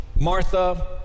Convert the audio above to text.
Martha